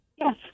Yes